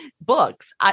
books